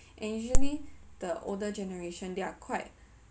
and usually the older generation they are quite